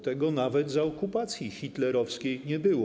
Tego nawet za okupacji hitlerowskiej nie było.